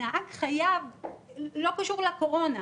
בלי קשר לקורונה,